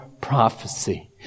prophecy